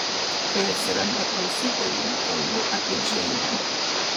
kai atsiranda klausytojų kalbu apie džeinę